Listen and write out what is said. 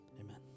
Amen